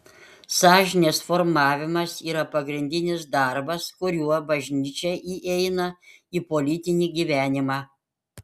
sąžinės formavimas yra pagrindinis darbas kuriuo bažnyčia įeina į politinį gyvenimą